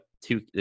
two